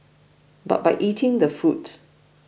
but by eating the food